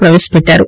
ప్రవేశపెట్లారు